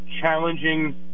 challenging